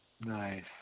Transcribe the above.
Nice